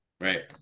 Right